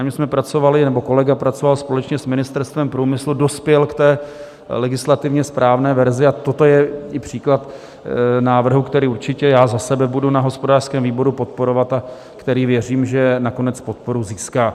My jsme pracovali, nebo kolega, který pracoval společně s Ministerstvem průmyslu, dospěl k té legislativně správné verzi a toto je i příklad návrhu, který určitě já za sebe budu na hospodářském výboru podporovat a který, věřím, že nakonec podporu získá.